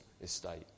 Estate